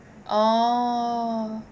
oh